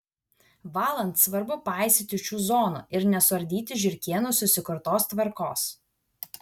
valant svarbu paisyti šių zonų ir nesuardyti žiurkėnų susikurtos tvarkos